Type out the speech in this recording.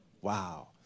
Wow